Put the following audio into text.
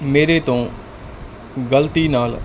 ਮੇਰੇ ਤੋਂ ਗਲਤੀ ਨਾਲ